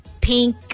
pink